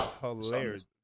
hilarious